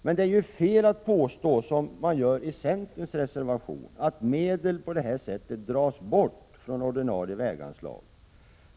Men det är ju fel att påstå, som centern gör i sin reservation, att medel på det här sättet dras bort från ordinarie väganslag.